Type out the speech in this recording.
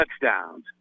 touchdowns